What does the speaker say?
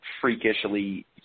freakishly